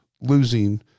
losing